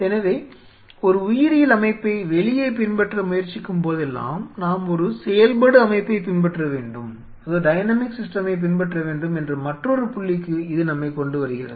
எனவே ஒரு உயிரியல் அமைப்பை வெளியே பின்பற்ற முயற்சிக்கும் போதெல்லாம் நாம் ஒரு செயல்படு அமைப்பைப் பின்பற்ற வேண்டும் என்ற மற்றொரு புள்ளிக்கு இது நம்மைக் கொண்டுவருகிறது